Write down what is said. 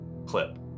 Clip